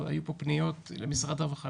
היו פה פניות למשרד הרווחה,